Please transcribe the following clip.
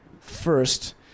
first